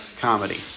comedy